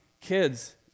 kids